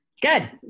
Good